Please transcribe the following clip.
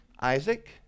Isaac